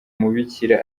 mubikira